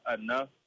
enough